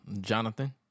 Jonathan